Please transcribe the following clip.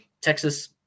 Texas